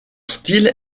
style